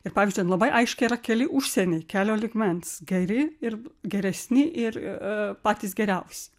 ir pavyzdžiui ten labai aiškiai yra keli užsieniai kelio lygmens geri ir geresni ir patys geriausi